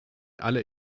alle